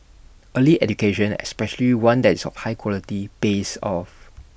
early education especially one that is of high quality pays off